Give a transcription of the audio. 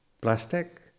plastic